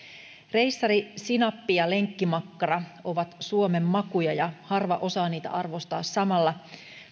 reissari sinappi ja lenkkimakkara ovat suomen makuja ja harva osaa niitä arvostaa samalla